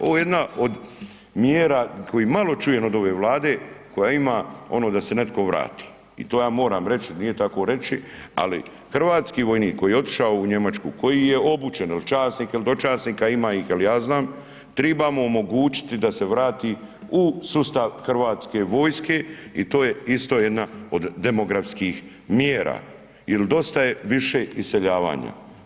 Ovo je jedna od mjera koje malo čujem od ove Vlade koja ima ono da se netko vrati i to ja moram reći, nije takoreći ali hrvatski vojnik koji je otišao u Njemačku, koji je obučen ili časnik ili dočasnik, ima ih jer ja znam, trebamo omogućiti da se vrati u sustav hrvatske vojske i to je isto jedna od demografskih mjera jer dosta je više iseljavanja.